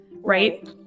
Right